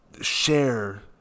share